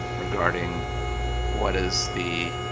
regarding what is the